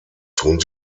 tun